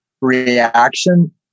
reaction